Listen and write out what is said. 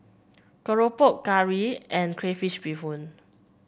keropok curry and Crayfish Beehoon